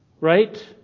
right